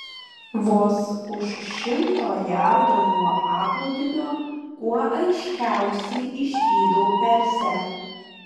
vos už šimto jardo nuo paplūdimio kuo aiškiausiai išvydau persę